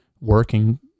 working